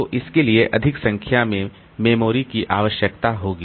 तो इसके लिए अधिक संख्या में मेमोरी की आवश्यकता होगी